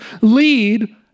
lead